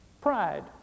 Pride